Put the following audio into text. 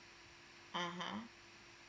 (uh huh)